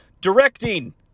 directing